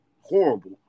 horrible